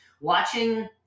watching